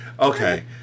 Okay